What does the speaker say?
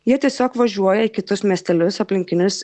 jie tiesiog važiuoja į kitus miestelius aplinkinius